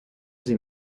sie